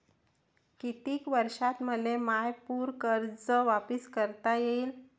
कितीक वर्षात मले माय पूर कर्ज वापिस करता येईन?